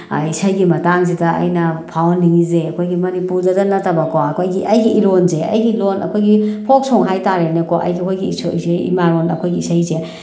ꯏꯁꯩꯒꯤ ꯃꯇꯥꯡꯁꯤꯗ ꯑꯩꯅ ꯐꯥꯎꯍꯟꯅꯤꯡꯉꯤꯁꯦ ꯑꯩꯈꯣꯏꯒꯤ ꯃꯅꯤꯄꯨꯔꯗ ꯅꯠꯇꯕꯀꯣ ꯑꯩꯈꯣꯏꯒꯤ ꯑꯩꯒꯤ ꯏꯔꯣꯟꯁꯦ ꯑꯩꯒꯤ ꯂꯣꯜ ꯑꯩꯈꯣꯏꯒꯤ ꯐꯣꯛ ꯁꯣꯡ ꯍꯥꯏ ꯇꯥꯔꯦꯅꯦꯀꯣ ꯑꯩꯒꯤ ꯑꯩꯈꯣꯏꯒꯤ ꯏꯃꯥꯂꯣꯜꯗ ꯑꯩꯈꯣꯏꯒꯤ ꯏꯁꯩꯁꯦ